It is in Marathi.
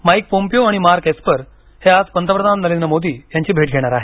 माईक पोम्पिओ आणि मार्क एस्पर हे आज पंतप्रधान नरेंद्र मोदी यांची भेट घेणार आहेत